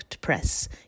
Press